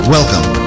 Welcome